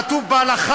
כי כתוב בהלכה,